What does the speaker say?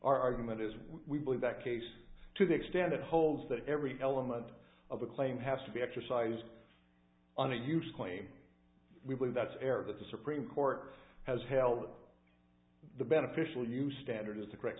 argument is we believe that case to the extent it holds that every element of the claim has to be exercised on the use claim we believe that's fair that the supreme court has held the beneficial use standard is the correct